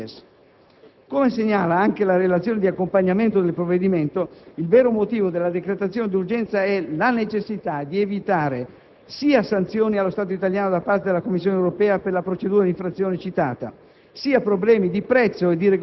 Come segnala anche la relazione di accompagnamento del provvedimento, il vero motivo della decretazione d'urgenza è la necessità di evitare sia sanzioni allo Stato italiano da parte della Commissione europea per la procedura di infrazione citata,